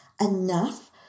enough